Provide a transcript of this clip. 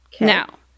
Now